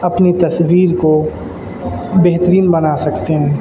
اپنی تصویر کو بہترین بنا سکتے ہیں